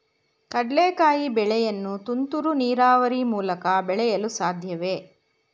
ಕಡ್ಲೆಕಾಯಿ ಬೆಳೆಯನ್ನು ತುಂತುರು ನೀರಾವರಿ ಮೂಲಕ ಬೆಳೆಯಲು ಸಾಧ್ಯವೇ?